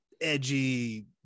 edgy